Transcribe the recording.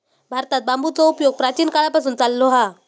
भारतात बांबूचो उपयोग प्राचीन काळापासून चाललो हा